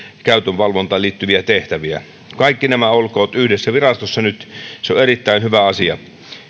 käytön valvontaan liittyviä tehtäviä kaikki nämä olkoot yhdessä virastossa nyt se on erittäin hyvä asia